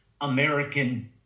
American